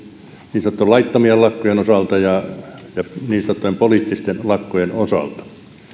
niin sanottujen laittomien lakkojen osalta ja niin sanottujen poliittisten lakkojen osalta